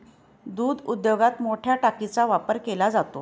दूध उद्योगात मोठया टाकीचा वापर केला जातो